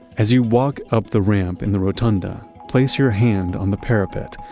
as you walk up the ramp in the rotunda, place your hand on the parapet.